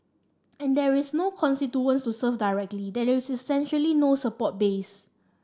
and there is no constituents to serve directly there is essentially no support base